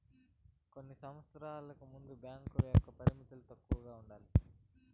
కొన్ని సంవచ్చరాలకు ముందు బ్యాంకుల యొక్క పరిమితులు తక్కువ ఉండాలి